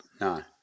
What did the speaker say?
No